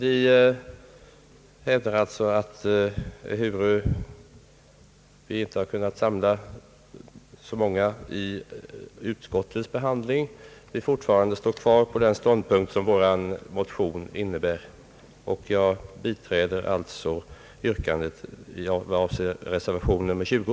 Ehuru vi inte har kunnat samla så många vid utskottets behandling står vi fortfarande kvar på den ståndpunkt som vår motion innebär. Jag kommer alltså att biträda yrkandet om bifall till reservationen vid punkten 20.